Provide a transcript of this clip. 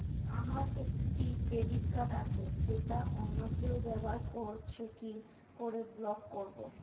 আমার একটি credit card আছে যেটা অন্য কেউ ব্যবহার করছে কি করে ব্লক করবো?